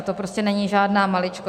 To prostě není žádná maličkost.